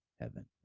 heaven